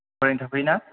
फरायनो थाफैयोना